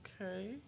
Okay